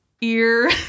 ear